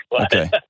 Okay